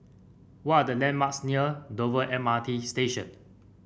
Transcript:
what are the landmarks near Dover M R T Station